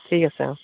ঠিক আছে অঁ